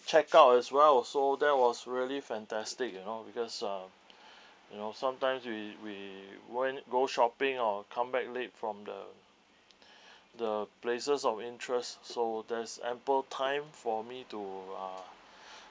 check out as well so that was really fantastic you know because uh you know sometimes we we went go shopping or come back late from the the places of interest so there's ample time for me to uh